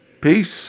Peace